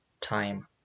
time